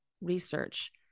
research